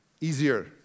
easier